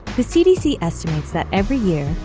the cdc estimates that every year,